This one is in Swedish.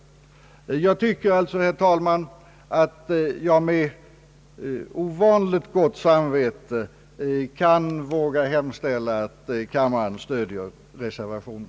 Jag tycker alltså, herr talman, att jag med ovanligt gott samvete vågar hemställa att kammaren stöder reservationen.